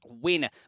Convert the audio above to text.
win